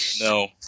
No